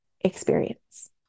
experience